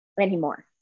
anymore